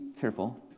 careful